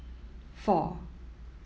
four